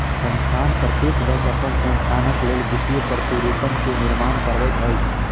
संस्थान प्रत्येक वर्ष अपन संस्थानक लेल वित्तीय प्रतिरूपण के निर्माण करबैत अछि